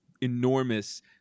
enormous